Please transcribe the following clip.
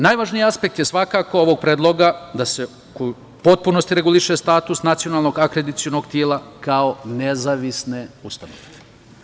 Najvažniji aspekt ovog predloga je svakako da se u potpunosti reguliše status nacionalnog akreditacionog tela kao nezavisne ustanove.